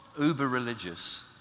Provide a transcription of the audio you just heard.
uber-religious